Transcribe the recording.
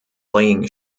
laying